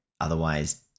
otherwise